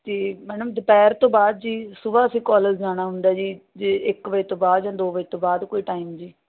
ਅਤੇ ਮੈਡਮ ਦੁਪਹਿਰ ਤੋਂ ਬਾਅਦ ਜੀ ਸੁਬਹਾ ਅਸੀਂ ਕੋਲਜ ਜਾਣਾ ਹੁੰਦਾ ਜੀ ਜੇ ਇੱਕ ਵਜੇ ਤੋਂ ਬਾਅਦ ਜਾਂ ਦੋ ਵਜੇ ਤੋਂ ਬਾਅਦ ਕੋਈ ਟਾਈਮ ਜੀ